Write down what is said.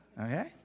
Okay